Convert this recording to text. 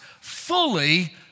fully